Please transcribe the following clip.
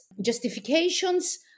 justifications